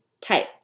type